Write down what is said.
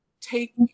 take